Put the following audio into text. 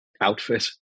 outfit